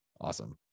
Awesome